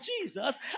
Jesus